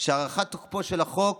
שהארכת תוקפו של החוק